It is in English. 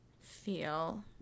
feel